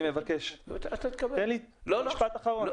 אני מבקש, משפט אחרון.